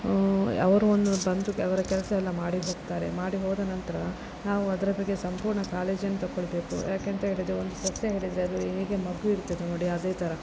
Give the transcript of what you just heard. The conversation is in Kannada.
ಅವರು ಒಂದು ಬಂದು ಅವರ ಕೆಲಸ ಎಲ್ಲ ಮಾಡಿ ಹೋಗ್ತಾರೆ ಮಾಡಿ ಹೋದ ನಂತರ ನಾವು ಅದರ ಬಗ್ಗೆ ಸಂಪೂರ್ಣ ಕಾಳಜಿಯನ್ನು ತಕೊಳ್ಬೇಕು ಯಾಕೆ ಅಂತ ಹೇಳಿದರೆ ಒಂದು ಸಸಿ ಹೇಳಿದರೆ ಹೇಗೆ ಮಗು ಇರ್ತದೆ ನೋಡಿ ಅದೇ ಥರ